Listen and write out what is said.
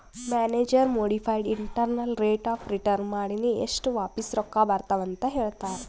manager modified internal rate of return ಮಾಡಿನೆ ಎಸ್ಟ್ ವಾಪಿಸ್ ರೊಕ್ಕಾ ಬರ್ತಾವ್ ಅಂತ್ ಹೇಳ್ತಾರ್